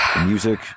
Music